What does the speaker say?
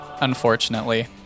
unfortunately